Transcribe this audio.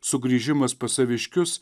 sugrįžimas pas saviškius